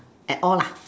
at all lah